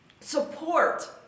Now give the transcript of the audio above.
support